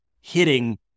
hitting